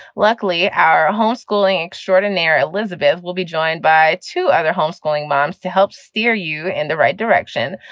luckily, our homeschooling extraordinaire elizabeth will be joined by two other homeschooling moms to help steer you in the right direction.